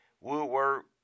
woodwork